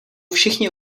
všichni